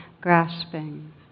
grasping